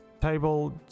table